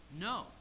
no